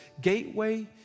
gateway